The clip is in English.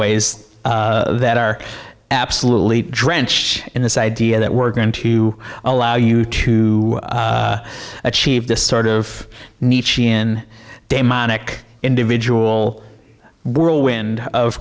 ways that are absolutely drench in this idea that we're going to allow you to achieve this sort of nietzschean demonic individual whirlwind of